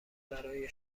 برای